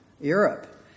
Europe